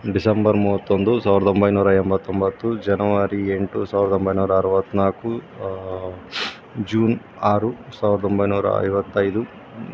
December ಮೂವತ್ತೊಂದು ಸಾವಿರದ ಒಂಬೈನೂರ ಎಂಬತ್ತೊಂಬತ್ತು ಜನವರಿ ಎಂಟು ಸಾವಿರದ ಒಂಬೈನೂರ ಅರವತ್ತ ನಾಲ್ಕು ಜೂನ್ ಆರು ಸಾವಿರದ ಒಂಬೈನೂರ ಐವತ್ತೈದು